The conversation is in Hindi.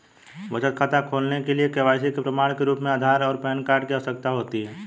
बचत खाता खोलने के लिए के.वाई.सी के प्रमाण के रूप में आधार और पैन कार्ड की आवश्यकता होती है